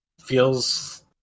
feels